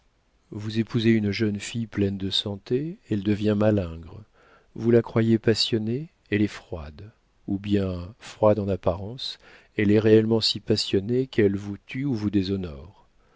vous épousez une jeune fille pleine de santé elle devient malingre vous la croyez passionnée elle est froide ou bien froide en apparence elle est réellement si passionnée qu'elle vous tue ou vous déshonore